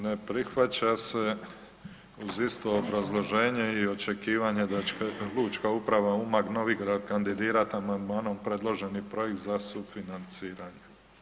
Ne prihvaća se uz isto obrazloženje i očekivanje da će Lučka uprava Umag, Novigrad kandidirat amandmanom predloženi projekt za sufinanciranje.